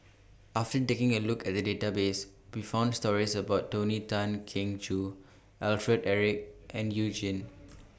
after taking A Look At The Database We found stories about Tony Tan Keng Joo Alfred Eric and YOU Jin